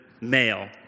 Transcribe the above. male